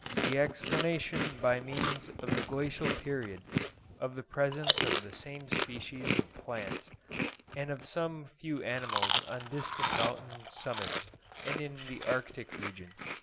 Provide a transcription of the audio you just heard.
the explanation by means of the glacial period of the presence of the same species of plants and of some few animals on distant mountain summits and in the arctic regions.